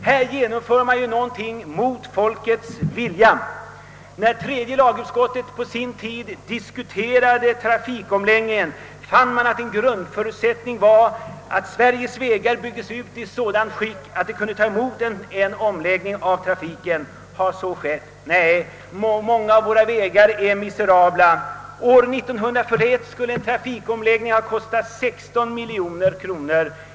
Här genomför man således något mot folkets vilja. När tredje lagutskottet på sin tid diskuterade trafikomläggningen fann man att en grundförutsättning för en sådan var att Sveriges vägar byggdes ut så att de blev i ett sådant skick att de kunde ta emot en omläggning av trafiken. Har så skett? Nej, många av våra vägar är miserabla. År 1941 skulle en trafikomläggning ha kostat 16 miljoner kronor.